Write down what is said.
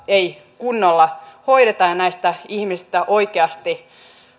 ei kunnolla hoideta ja näistä ihmisistä oikeasti